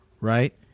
right